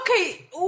okay